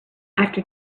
after